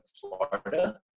Florida